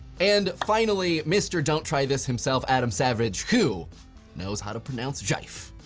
and finally, mr. don't try this himself, adam savage, who knows how to pronounce zhafye.